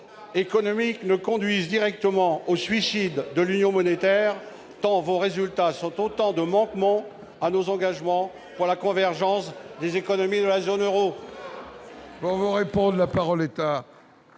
-économiques risquent de conduire directement au suicide de l'Union monétaire, tant vos résultats sont autant de manquements à nos engagements pour la convergence des économies de la zone euro